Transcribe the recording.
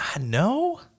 no